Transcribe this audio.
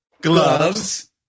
gloves